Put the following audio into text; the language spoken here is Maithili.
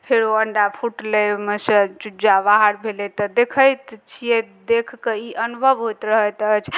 फेर ओ अण्डा फुटलै ओहिमेसॅं चुज्जा बाहर भेलै तऽ देखैत छियै देख कऽ ई अनुभब होइत रहैत अछि